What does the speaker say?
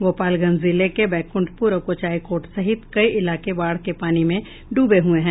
गोपालगंज जिले के बैंकुठपुर और कुचायकोट सहित कई इलाके बाढ़ के पानी में डूबे हुए हैं